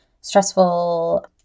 stressful